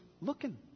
looking